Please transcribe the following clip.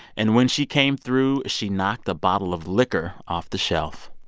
and when she came through, she knocked a bottle of liquor off the shelf.